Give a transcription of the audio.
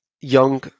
young